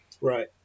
Right